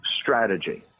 strategy